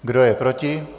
Kdo je proti?